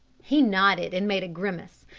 he nodded and made a grimace,